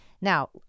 Now